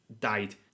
died